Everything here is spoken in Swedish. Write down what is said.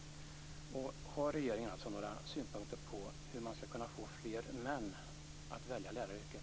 Har regeringen några synpunkter på hur man skall kunna få fler män att välja läraryrket?